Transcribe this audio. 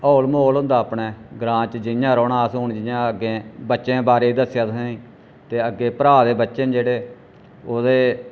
whole म्हौल होंदा अपने ग्रां च जि'यां रौह्ना अस हून जि'यां अग्गें बच्चें दे बारे च दस्सेआ तुसें गी ते अग्गें भ्रा दे बच्चे न जेह्ड़े ओह्दे